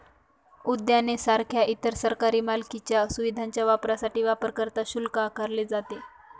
उद्याने सारख्या इतर सरकारी मालकीच्या सुविधांच्या वापरासाठी वापरकर्ता शुल्क आकारले जाते